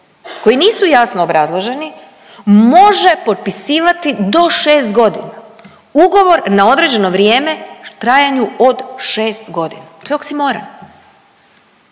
koji nisu jasno obrazloženi može potpisivati do 6 godina, ugovor na određeno vrijeme u trajanju od 6 godina. To je oksimoron.